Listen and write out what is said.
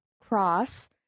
Cross